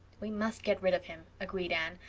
we must get rid of him, agreed anne,